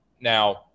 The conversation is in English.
Now